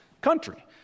country